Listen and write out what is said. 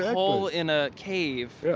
hole in a cave, yeah